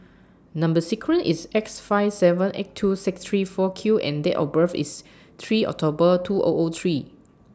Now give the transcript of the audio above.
Number sequence IS X five seven eight two six three four Q and Date of birth IS three October two O O three